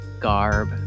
garb